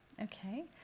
Okay